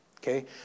Okay